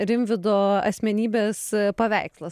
rimvydo asmenybės paveikslą